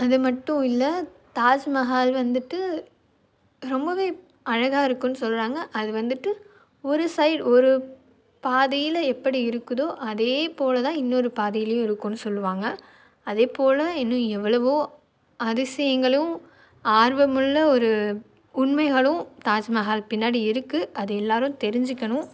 அது மட்டும் இல்லை தாஜ்மஹால் வந்துட்டு ரொம்பவே அழகாக இருக்கும்னு சொல்கிறாங்க அது வந்துட்டு ஒரு சைட் ஒரு பாதியில் எப்படி இருக்குதோ அதே போல் தான் இன்னொரு பாதியிலையும் இருக்கும்னு சொல்லுவாங்க அதே போல் இன்னும் எவ்வளவோ அதிசயங்களும் ஆர்வமுள்ள ஒரு உண்மைகளும் தாஜ்மஹால் பின்னாடி இருக்கு அது எல்லாரும் தெரிஞ்சிக்கணும்